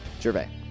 Gervais